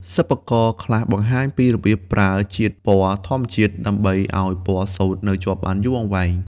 សិប្បករខ្លះបង្ហាញពីរបៀបប្រើ ជាតិពណ៌ធម្មជាតិ ដើម្បីឱ្យពណ៌សូត្រនៅជាប់បានយូរអង្វែង។